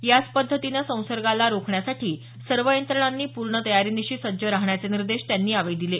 याच पद्धतीने संसर्गाला रोखण्यासाठी सर्व यंत्रणांनी पूर्ण तयारीनिशी सज्ज राहण्याचे निर्देश त्यांनी यावेळी दिले